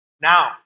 Now